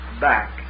back